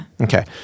Okay